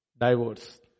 divorce